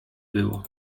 było